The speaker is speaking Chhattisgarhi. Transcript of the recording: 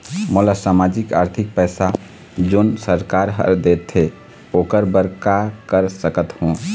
मोला सामाजिक आरथिक पैसा जोन सरकार हर देथे ओकर बर का कर सकत हो?